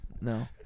No